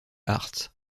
arts